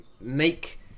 make